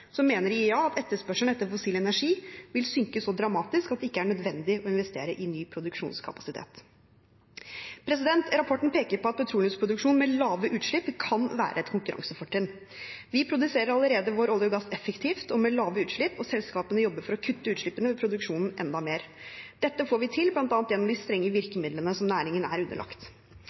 mener IEA at etterspørselen etter fossil energi vil synke så dramatisk at det ikke er nødvendig å investere i ny produksjonskapasitet. Rapporten peker på at petroleumsproduksjon med lave utslipp kan være et konkurransefortrinn. Vi produserer allerede vår olje og gass effektivt og med lave utslipp, og selskapene jobber for å kutte utslippene ved produksjonen enda mer. Det får vi til bl.a. gjennom de strenge virkemidlene som næringen er underlagt.